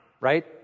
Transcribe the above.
right